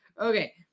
Okay